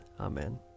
Amen